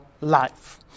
life